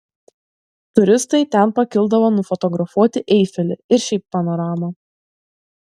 turistai ten pakildavo nufotografuoti eifelį ir šiaip panoramą